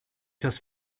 dass